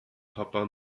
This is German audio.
papua